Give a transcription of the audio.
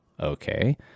Okay